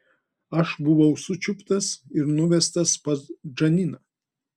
aš buvau sučiuptas ir nuvestas pas džaniną